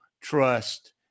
trust